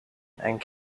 and